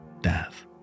death